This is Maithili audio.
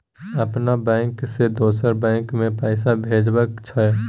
अपन बैंक से दोसर बैंक मे पैसा भेजबाक छै?